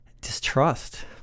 distrust